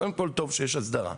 קודם כל, טוב שיש הסדרה.